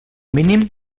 mínim